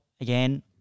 again